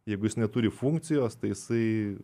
jeigu jis neturi funkcijos tai jisai